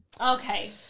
Okay